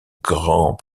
grand